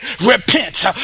repent